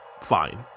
fine